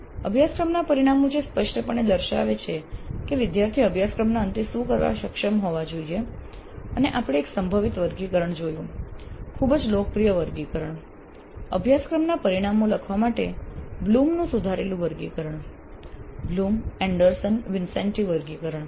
અભ્યાસક્રમના પરિણામો જે સ્પષ્ટપણે દર્શાવે છે કે વિદ્યાર્થી અભ્યાસક્રમના અંતે શું કરવા સક્ષમ હોવા જોઈએ અને આપણે એક સંભવિત વર્ગીકરણ જોયું ખૂબ જ લોકપ્રિય વર્ગીકરણ અભ્યાસક્રમના પરિણામો લખવા માટે બ્લૂમનું સુધારેલું વર્ગીકરણ બ્લૂમ એન્ડરસન વિન્સેન્ટી વર્ગીકરણ